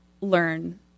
learn